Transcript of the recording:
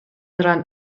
rhan